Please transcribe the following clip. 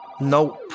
Nope